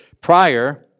prior